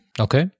Okay